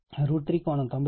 కాబట్టి VL3900ZY